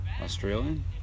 Australian